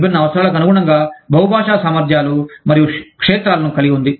విభిన్న అవసరాలకు అనుగుణంగా బహుభాషా సామర్థ్యాలు మరియు క్షేత్రాలను కలిగి ఉంది